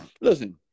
Listen